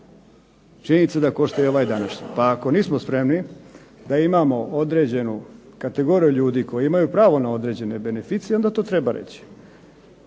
činjenica da košta i ovaj današnji. Pa ako nismo spremni da imamo kategoriju ljudi koji imaju pravo na određene beneficije onda to treba reći,